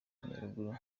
nyaruguru